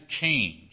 change